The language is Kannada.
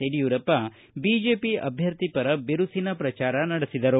ಯಡಿಯೂರಪ್ಪ ಬಿಜೆಪಿ ಅಭ್ಯರ್ಥಿ ಪರ ಬಿರುಸಿನ ಪ್ರಚಾರ ನಡೆಸಿದರು